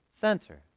center